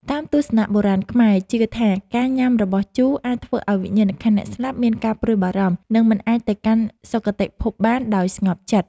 តាមទស្សនៈបុរាណខ្មែរជឿថាការញ៉ាំរបស់ជូរអាចធ្វើឱ្យវិញ្ញាណក្ខន្ធអ្នកស្លាប់មានការព្រួយបារម្ភ និង មិនអាចទៅកាន់សុគតិភពបានដោយស្ងប់ចិត្ត។